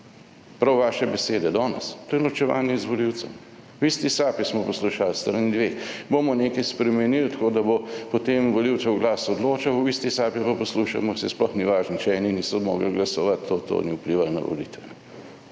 prav vaše besede danes, to je norčevanje iz volivcev. V isti sapi smo poslušali s strani dveh bomo nekaj spremenili tako, da bo potem volivcev glas odločal, v isti sapi pa poslušamo, saj sploh ni važno, če eni niso mogli glasovati, to to ni vplivalo na volitve.